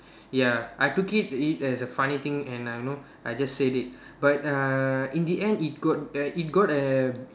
ya I took it it as a funny thing and um you know I just said it but uh in the end it got uh it got a